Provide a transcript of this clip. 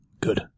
Good